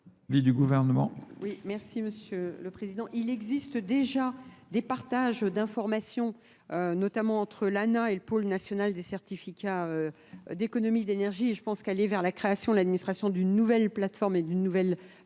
Monsieur le Président. Il existe déjà des partages d'informations, notamment entre l'ANA et le pôle national des certificats d'économie d'énergie. Je pense qu'aller vers la création et l'administration d'une nouvelle plateforme et d'une nouvelle